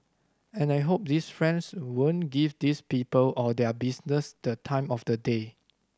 and I hope these friends won't give these people or their business the time of the day